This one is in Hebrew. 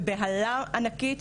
בבהלה ענקית,